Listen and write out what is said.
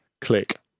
click